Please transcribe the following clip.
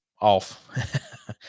off